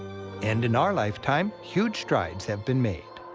and in our lifetime, huge strides have been made.